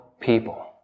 people